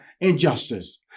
injustice